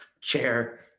chair